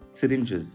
syringes